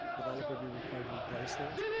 developer be required to replace those?